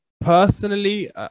personally